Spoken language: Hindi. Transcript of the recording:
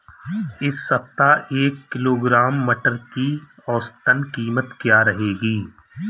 इस सप्ताह एक किलोग्राम मटर की औसतन कीमत क्या रहेगी?